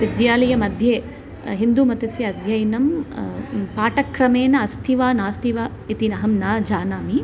विद्यालयमध्ये हिन्दुमतस्य अध्ययनं पाठक्रमेण अस्ति वा नास्ति वा इति अहं न जानामि